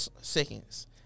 seconds